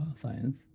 science